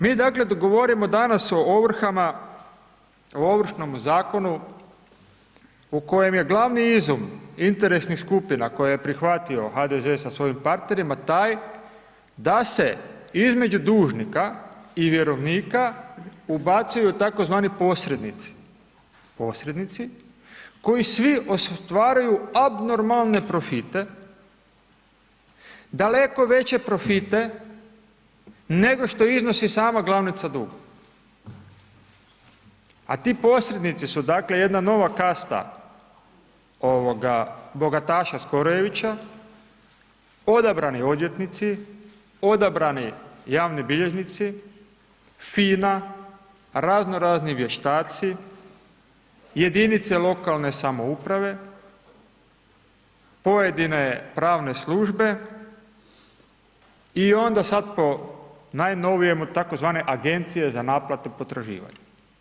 Mi dakle, govorimo danas o ovrhama, o Ovršnom zakonu, u kojemu je glavni izum interesnih skupina, koje je prihvatio HDZ sa svojim parterima taj, da se između dužnika i vjerovnika, ubacuju tzv. posrednici, koji svi ostvaruju abnormalne profite, daleko veće profite, nego što iznosi sama glavnica duga, a ti posrednici su dakle, jedna nova kastra bogataša … odabrani odvjetnici, odabrani javni bilježnici, FINA razno razni vještaci, jedinice lokalne samouprave, pojedine pravne službe, i onda sad po najnovijemu tzv. agencije za naplatu potraživanja.